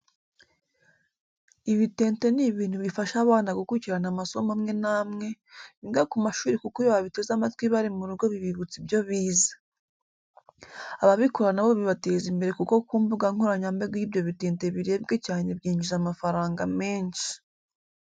Ibitente ni ibintu bifasha abana gukurikirana amasomo amwe n'amwe, biga ku mashuri kuko iyo babiteze amatwi bari mu rugo bibibutsa ibyo bize. Ababikora na bo bibateza imbere kuko ku mbuga nkoranyambaga iyo ibyo bitente birebwe cyane byinjiza amafaranga menshi.